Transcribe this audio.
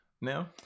now